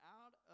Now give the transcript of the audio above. out